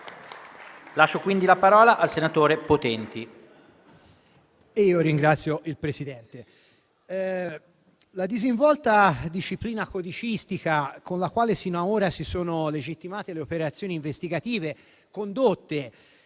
la disinvolta disciplina codicistica con la quale si sono legittimate le operazioni investigative condotte